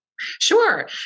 Sure